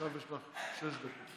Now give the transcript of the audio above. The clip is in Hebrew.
עכשיו יש לך שש דקות.